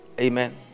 Amen